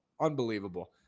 unbelievable